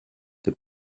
the